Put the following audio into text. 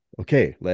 okay